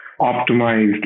optimized